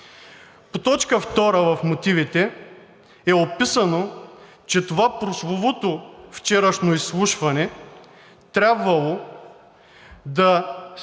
По точка втора в мотивите е описано, че това прословуто вчерашно изслушване трябвало да